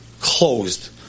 Closed